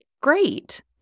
Great